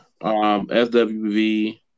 SWV